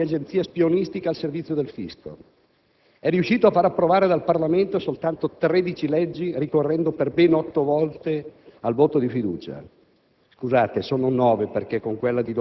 Ha trasformato l'Italia in una sorta di agenzia spionistica al servizio del fisco. È riuscito a far approvare dal Parlamento soltanto 13 leggi, ricorrendo per ben otto volte al voto di fiducia